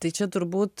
tai čia turbūt